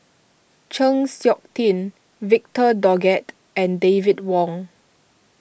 Chng Seok Tin Victor Doggett and David Wong